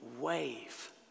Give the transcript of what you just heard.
wave